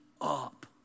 up